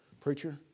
Preacher